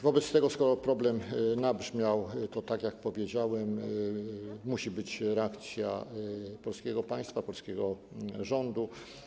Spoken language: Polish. Wobec tego, skoro problem nabrzmiał, to tak jak powiedziałem, musi być reakcja polskiego państwa, polskiego rządu.